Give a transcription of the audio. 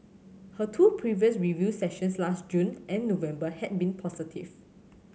her two previous review sessions last June and November had been positive